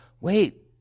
wait